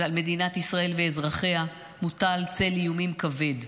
ועל מדינת ישראל ואזרחיה מוטל צל איומים כבד: